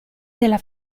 della